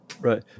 right